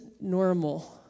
normal